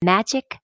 magic